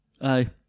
Aye